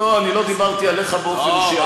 לא, אני לא דיברתי עליך באופן אישי.